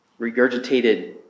regurgitated